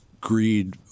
greed